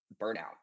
burnout